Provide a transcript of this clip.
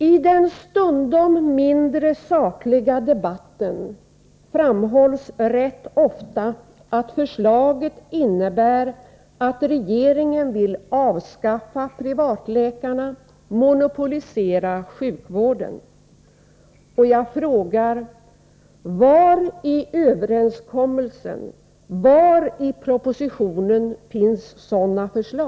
I den ”stundom mindre sakliga” debatten framhålls rätt ofta att förslaget innebär att regeringen vill avskaffa privatläkarna och monopolisera sjukvården. Jag frågar: Var i överenskommelsen, var i propositionen finns sådana förslag?